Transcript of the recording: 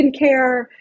skincare